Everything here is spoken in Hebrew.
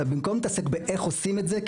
במקום להתעסק באיך עושים את זה,